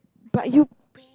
but you